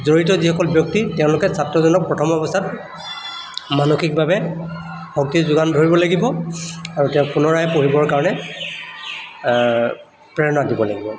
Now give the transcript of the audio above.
জড়িত যিসকল ব্যক্তি তেওঁলোকে ছাত্ৰজনক প্ৰথম অৱস্থাত মানসিকভাৱে শক্তি যোগান ধৰিব লাগিব আৰু তেওঁক পুনৰাই পঢ়িবৰ কাৰণে প্ৰেৰণা দিব লাগিব